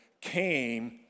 came